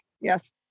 yes